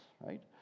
right